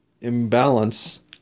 imbalance